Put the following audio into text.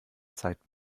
zeit